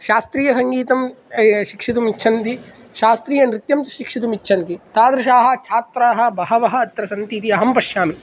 शास्त्रीयसङ्गीतं शिक्षितुम् इच्छन्ति शास्त्रीयनृत्यं शिक्षितुम् इच्छन्ति तादृशाः छात्राः बहवः अत्र सन्ति इति अहं पश्यामि